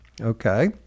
okay